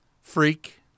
Freak